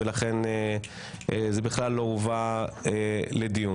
ולכן זה בכלל לא הובא לדיון.